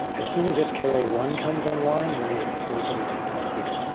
as soon as s k a one comes online, we'll need a facility probably ten times bigger.